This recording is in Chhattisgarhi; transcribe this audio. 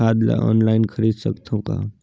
खाद ला ऑनलाइन खरीदे सकथव कौन?